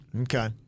Okay